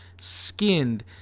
skinned